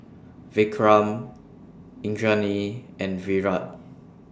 Vikram Indranee and Virat